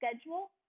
schedule